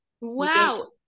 Wow